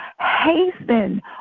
hasten